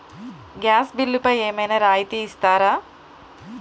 Gas బిల్లుపై ఏమైనా రాయితీ ఇస్తారా?